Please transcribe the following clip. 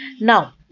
Now